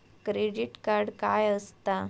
Credit card काय असता?